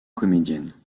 comédienne